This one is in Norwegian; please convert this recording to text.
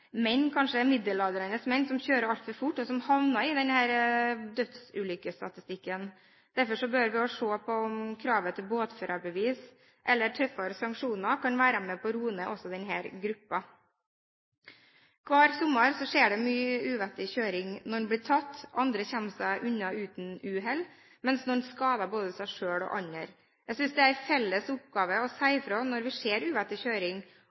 menn som kjører altfor fort, og som havner i denne dødsulykkestatistikken. Derfor bør vi se på om krav til båtførerbevis eller tøffere sanksjoner kan være med på å roe ned også denne gruppen. Hver sommer skjer det mye uvettig kjøring. Noen blir tatt, andre kommer seg unna uten uhell, mens noen skader både seg selv og andre. Jeg synes det er en felles oppgave å si fra når vi ser